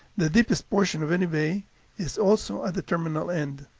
the deepest portion of any bay is also at the terminal end.